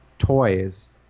toys